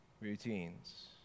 routines